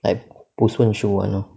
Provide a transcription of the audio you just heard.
like